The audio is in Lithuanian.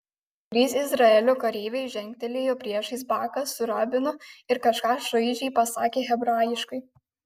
trys izraelio kareiviai žengtelėjo priešais baką su rabinu ir kažką šaižiai pasakė hebrajiškai